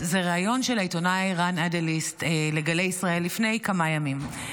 זה ריאיון של העיתונאי רן אדליסט לגלי ישראל לפני כמה ימים.